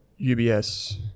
UBS